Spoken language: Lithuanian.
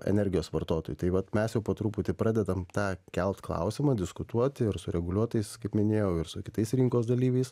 energijos vartotojų tai vat mes jau po truputį pradedam tą kelt klausimą diskutuot ir su reguliuotojais kaip minėjau ir su kitais rinkos dalyviais